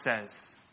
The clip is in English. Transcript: says